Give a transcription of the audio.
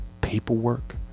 paperwork